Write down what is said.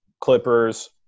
Clippers